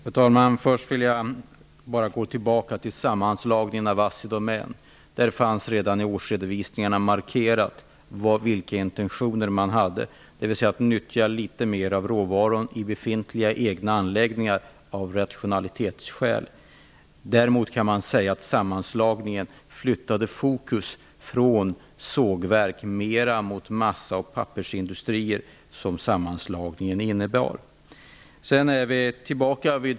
Fru talman! Först vill jag gå tillbaka till sammanslagningen av Assidomän. Där fanns redan i årsredovisningarna markerat vilka intentioner som fanns, dvs. att av rationaliseringsskäl nyttja litet mer av råvaran i befintliga egna anläggningar. Däremot gjorde sammanslagningen att fokus flyttades från sågverk till pappers och massaindustrier.